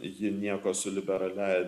ji nieko su liberaliąja